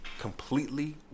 completely